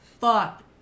fuck